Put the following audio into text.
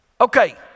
Okay